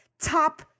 top